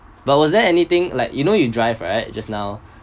but was there anything like you know you drive right just now